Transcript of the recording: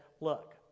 Look